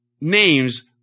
names